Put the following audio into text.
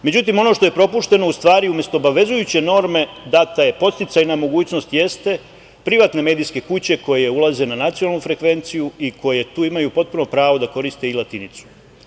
Međutim, ono što je propušteno u stvari, umesto obavezujuće norme, data je podsticajna mogućnost – privatne medijske kuće koje ulaze na nacionalnu frekvenciju i koje tu imaju potpuno pravo da koriste i latinicu.